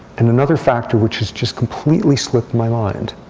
and another factor which has just completely slipped my mind.